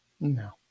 No